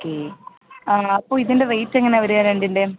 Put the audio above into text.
ആണോ അപ്പോൾ ഇതിൻ്റെ റേറ്റ് എങ്ങനെയാണ് വരാൻ രണ്ടിൻ്റെയും